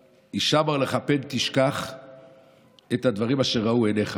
"השמר לך, פן תשכח את הדברים אשר ראו עיניך".